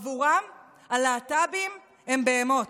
עבורם הלהט"בים הם בהמות,